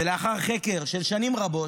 ולאחר חקר של שנים רבות,